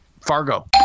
Fargo